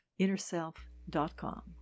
InnerSelf.com